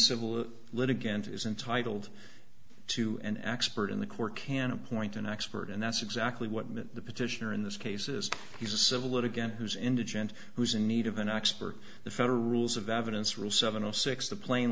civil litigant is entitled to an expert in the court can appoint an expert and that's exactly what the petitioner in this case is he's a civil it again who's indigent who's in need of an expert the federal rules of evidence real seven o six the pla